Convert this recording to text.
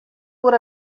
oer